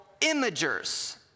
imagers